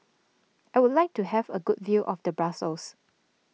I would like to have a good view of the Brussels